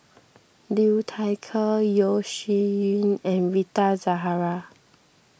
Liu Thai Ker Yeo Shih Yun and Rita Zahara